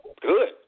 Good